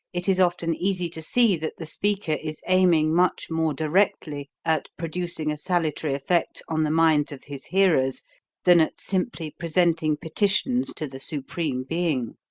it is often easy to see that the speaker is aiming much more directly at producing a salutary effect on the minds of his hearers than at simply presenting petitions to the supreme being.